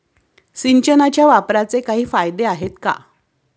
सिंचनाच्या वापराचे काही फायदे आहेत का?